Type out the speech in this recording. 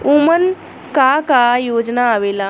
उमन का का योजना आवेला?